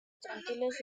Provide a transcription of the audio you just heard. tranquilos